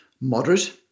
moderate